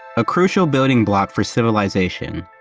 a crucial building block for civilization.